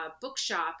bookshop